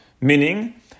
meaning